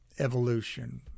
Evolution